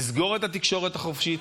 נסגור את התקשורת החופשית,